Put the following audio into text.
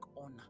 honor